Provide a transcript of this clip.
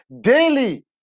daily